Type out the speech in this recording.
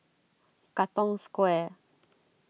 Katong Square